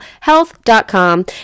Health.com